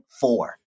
four